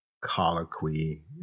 colloquy